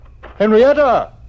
Henrietta